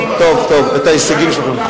למה,